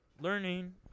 learning